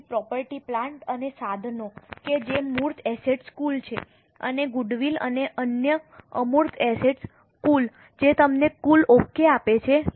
તેથી property plant અને સાધનો કે જે મૂર્ત એસેટ્સ કુલ છે અને ગુડવિલ અને અન્ય અમૂર્ત એસેટ્સ કુલ જે તમને કુલ ઓકે આપે છે